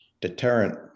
deterrent